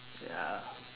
ya